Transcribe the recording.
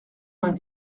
vingt